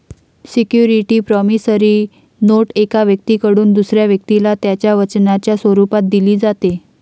security promissory note एका व्यक्तीकडून दुसऱ्या व्यक्तीला त्याच्या वचनाच्या स्वरूपात दिली जाते